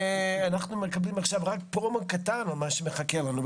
אנחנו מקבלים עכשיו רק פרומו קטן ממה שמחכה לנו.